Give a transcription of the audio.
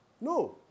No